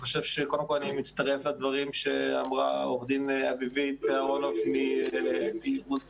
אני מצטרף לדברים שאמרה עורכת הדין אביבית אהרונוף מארגון זכות.